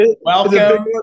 welcome